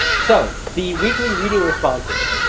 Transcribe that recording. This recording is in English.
so the weekly reading responses.